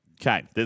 Okay